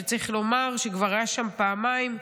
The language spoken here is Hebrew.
שצריך לומר שכבר היה שם פעמיים,